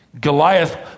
Goliath